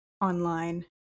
online